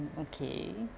okay